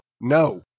No